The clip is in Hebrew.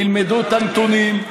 תלמדו את הנתונים.